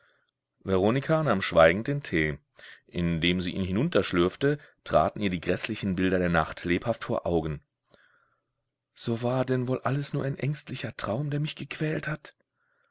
veronika nahm schweigend den tee indem sie ihn hinunterschlürfte traten ihr die gräßlichen bilder der nacht lebhaft vor augen so war denn wohl alles nur ein ängstlicher traum der mich gequält hat